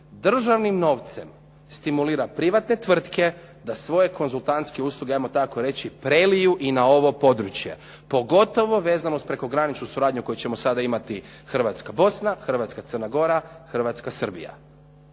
državnim novcem stimulira privatne tvrtke da svoje konzultantske usluge ajmo tako reći preliju i na ovo područje, pogotovo vezano uz prekograničnu suradnju koju ćemo sada imati Hrvatska-Bosna, Hrvatska-Crna Gora, Hrvatska-Srbija.